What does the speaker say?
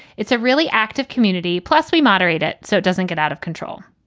it's a really active community. plus, we moderate it so it doesn't get out of control.